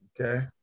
Okay